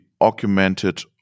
augmented